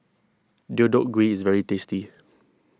Deodeok Gui is very tasty